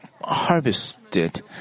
harvested